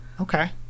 Okay